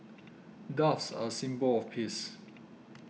doves are a symbol of peace